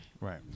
right